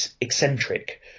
eccentric